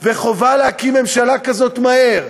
וחובה להקים ממשלה כזאת מהר,